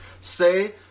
Say